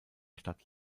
stadt